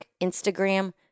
Instagram